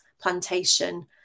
plantation